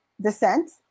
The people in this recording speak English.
descent